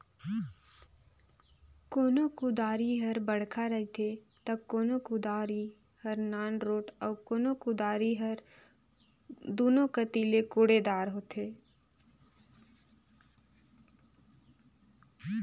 कोनो कुदारी हर बड़खा रहथे ता कोनो हर नानरोट अउ कोनो कुदारी हर दुनो कती ले कोड़े दार होथे